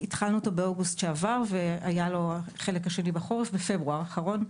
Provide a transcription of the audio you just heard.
התחלנו אותו באוגוסט שעבר והחלק השני היה בפברואר האחרון.